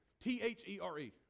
T-H-E-R-E